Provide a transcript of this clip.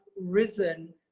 risen